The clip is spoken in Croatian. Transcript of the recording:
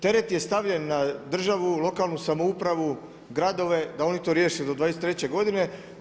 Teret je stavljen na državu, lokalnu samoupravu, gradove da oni to riješe do 2023. godine.